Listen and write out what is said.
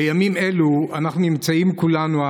בימים אלו אנחנו נמצאים כולנו,